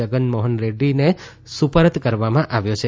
જગમોહન રેડૃીને સુપરત કરવામાં આવ્યો છે